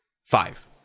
five